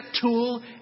tool